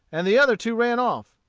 and the other two ran off.